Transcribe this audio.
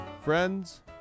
friends